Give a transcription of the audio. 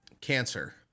cancer